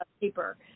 paper